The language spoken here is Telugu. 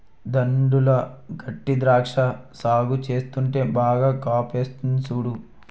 దడులు గట్టీ ద్రాక్ష సాగు చేస్తుంటే బాగా కాపుకాస్తంది సూడు